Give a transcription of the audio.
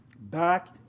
back